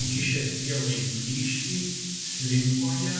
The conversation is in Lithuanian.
įkišęs vielą į plyšį slinko ją